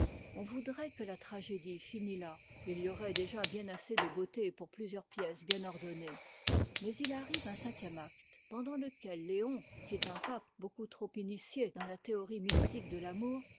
on voudrait que la tragédie finît là et il y aurait déjà bien assez de beautés pour plusieurs pièces bien ordonnées mais il arrive un cinquième acte pendant lequel léon qui est un pape beaucoup trop initié dans la théorie mystique de l'amour